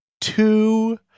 two